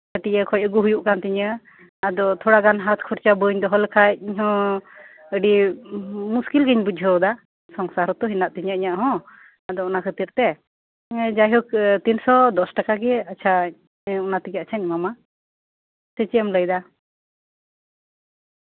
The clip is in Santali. ᱠᱟᱹᱴᱤᱡ ᱤᱭᱟᱹ ᱠᱚᱸᱦᱚ ᱦᱩᱭᱩᱜ ᱠᱟᱱ ᱛᱤᱧᱟᱹ ᱟᱫᱚ ᱛᱷᱚᱲᱟᱜᱟᱱ ᱦᱟᱛ ᱠᱷᱚᱨᱪᱟ ᱵᱟᱹᱧ ᱫᱚᱦᱚ ᱞᱮᱠᱷᱟᱡ ᱤᱧᱦᱚᱸ ᱟᱹᱰᱤ ᱢᱩᱥᱠᱤᱞ ᱜᱤᱧ ᱵᱩᱡᱷᱟᱹᱣᱭᱮᱫᱟ ᱥᱚᱝᱥᱟᱨ ᱦᱚᱸᱛᱚ ᱢᱮᱱᱟᱜ ᱛᱤᱧᱟ ᱤᱧᱟᱹᱜ ᱦᱚᱸ ᱟᱫᱚ ᱚᱱᱟ ᱠᱷᱟᱹᱛᱤᱨ ᱛᱮ ᱡᱟᱭᱦᱳᱠ ᱛᱤᱱᱥᱚ ᱫᱚᱥ ᱴᱟᱠᱟ ᱛᱮᱜᱮ ᱟᱪᱪᱷᱟ ᱚᱱᱟ ᱛᱮᱜᱮᱧ ᱮᱢᱟᱢᱟ ᱴᱷᱤᱠᱮᱢ ᱞᱟᱹᱭᱫᱟ